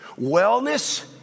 wellness